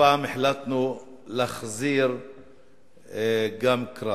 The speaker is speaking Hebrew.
הפעם החלטנו להחזיר גם קרב.